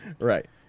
Right